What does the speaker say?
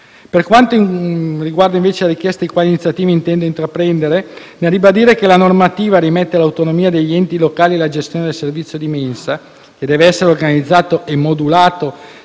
Per quanto riguarda, invece, la richiesta relativa a quali iniziative intenda intraprendere, nel ribadire che la normativa rimette all'autonomia degli enti locali la gestione del servizio di mensa, che deve essere organizzato e modulato